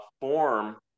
form